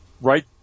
right